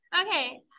Okay